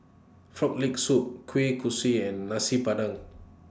Frog Leg Soup Kueh Kosui and Nasi Padang